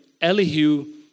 Elihu